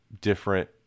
different